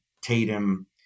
Tatum